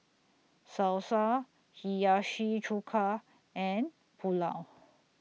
Salsa Hiyashi Chuka and Pulao